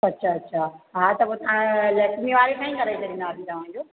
अच्छा अच्छा हा पोइ त तव्हां लक्मे वारे सां ई करे छॾींदासीं तव्हांजो